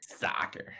soccer